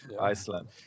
Iceland